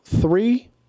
three